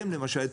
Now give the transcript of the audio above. למשל,